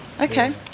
Okay